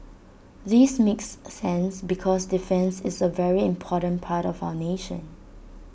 this makes sense because defence is A very important part of our nation